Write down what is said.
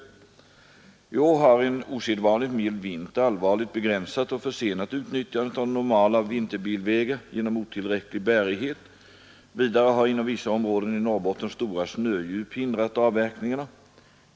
Måndagen den I år har en osedvanligt mild vinter allvarligt begränsat och försenat 14 maj 1973 Vidare har inom vissa områden i Norrbotten stora snödjup hindrat avverkningarna.